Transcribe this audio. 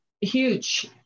huge